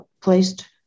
placed